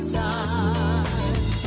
time